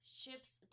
Ships